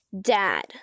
dad